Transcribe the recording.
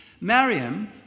Mariam